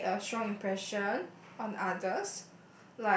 create a strong impression on others